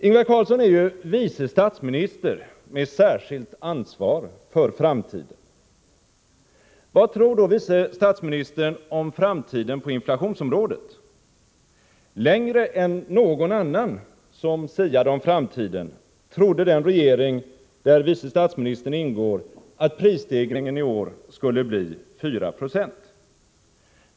Ingvar Carlsson är ju vice statsminister med särskilt ansvar för framtidsfrågorna. Vad tror då vice statsministern om framtiden på inflationsområdet? Längre än någon annan som siade om framtiden trodde den regering där vice statsministern ingår att prisstegringen i år skulle bli 496.